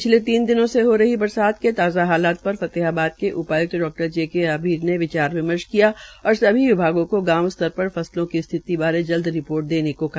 पिछले तीन दिनों से हो रही बरसात के ताज़ा हालात पर फतेहाबाद के उपाय्क्त डॉ जे के आभीर ने विचार विमर्श किया और सभी विभागों को गांव स्तर फसलों की स्थिति बारे जल्द रिपोर्ट देने को कहा